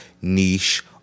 niche